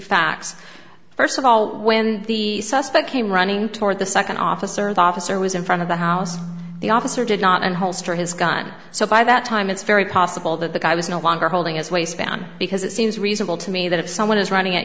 facts first of all when the suspect came running toward the second officer the officer was in front of the house the officer did not and holster his gun so by that time it's very possible that the guy was no longer holding his waistband because it seems reasonable to me that if someone is running at